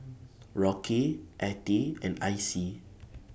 Rocky Attie and Icey